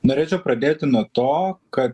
norėčiau pradėti nuo to kad